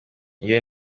iyo